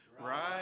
right